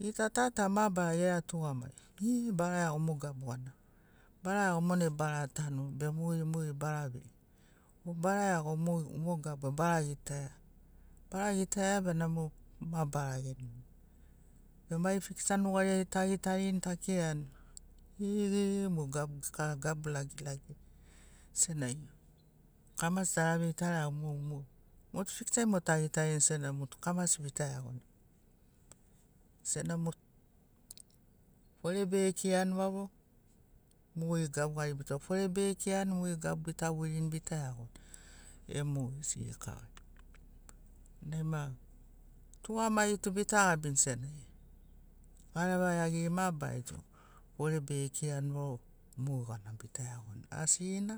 Gita ta ta mabarara gera tugamagi iiiiiii bara iago mo gabu gana bara iago monai bara tanu be mogeri mogeri bara vei bara iago mo mo gabu ba bara gitaia bara gitaia benamo ma bara genogoi be mai fiksa nugariai tagitarini takirani eeeeee mo gabu kara gabu lagilagina senagi kamasi ara vei tara iago mo mo mo fiksai mo tagitarini sena motu kamasi bita iagoni sena mo fore be kirani vau rogo mogeri gabu gari bita fore bekirani mogeri gabu bita voirini bita iagoni e mogesiri kavari nai ma tugamagi tu bita gabini sena gareva iagiri mabarari tu fore bekirani vau mogana bita iagoni asigina